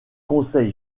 conseil